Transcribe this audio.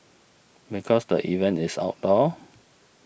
because the event is outdoors